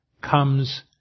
comes